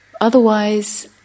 Otherwise